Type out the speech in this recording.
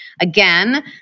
again